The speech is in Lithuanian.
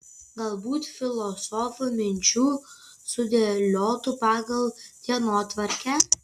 galbūt filosofų minčių sudėliotų pagal dienotvarkę